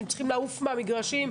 הם צריכים לעוף מהמגרשים.